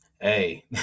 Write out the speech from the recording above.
hey